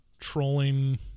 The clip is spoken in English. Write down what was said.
trolling